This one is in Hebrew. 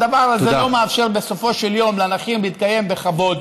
הדבר הזה לא מאפשר בסופו של יום לנכים להתקיים בכבוד